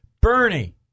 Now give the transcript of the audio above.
Bernie